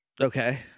Okay